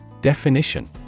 Definition